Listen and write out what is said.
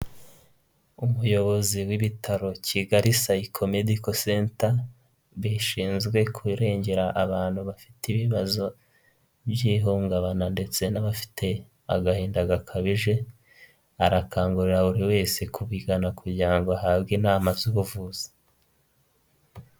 Umuyobozi w'ibitaro Kigali Psycho-Medical Center, bishinzwe kurengera abantu bafite ibibazo by'ihungabana ndetse n'abafite agahinda gakabije, arakangurira buri wese kubigana kugira ngo ahabwe inama z'ubuvuzi.